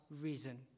reason